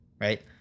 right